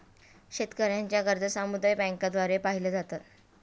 शेतकऱ्यांच्या गरजा सामुदायिक बँकांद्वारे पाहिल्या जातात